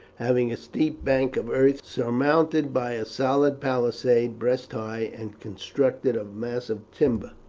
having a steep bank of earth surmounted by a solid palisade breast high, and constructed of massive timber.